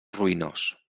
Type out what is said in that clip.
ruïnós